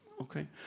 okay